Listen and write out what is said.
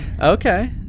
Okay